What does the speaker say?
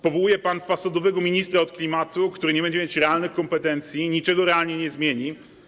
Powołuje pan fasadowego ministra od klimatu, który nie będzie mieć realnych kompetencji i niczego realnie nie zmieni.